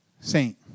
Saint